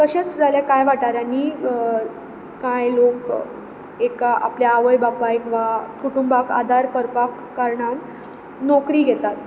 तशेंच जालें कांय वाटारांनी कांय लोक एक आपल्या आवय बापायक वा कुटूंबाक आदार करपा कारणान नोकरी घेतात